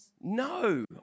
No